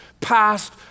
past